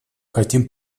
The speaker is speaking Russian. хотим